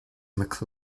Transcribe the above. mac